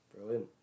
brilliant